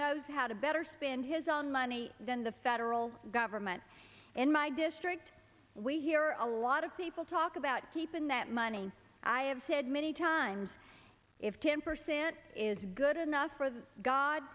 knows how to better spend his own money than the federal government in my district we hear a lot of people talk about keeping that money i have said many times if ten percent is good enough for the god